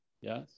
Yes